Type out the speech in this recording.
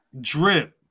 drip